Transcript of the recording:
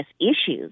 issues